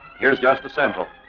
here's just a sample.